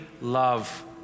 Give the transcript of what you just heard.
love